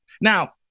Now